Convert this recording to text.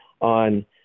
on